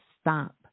stop